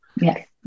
yes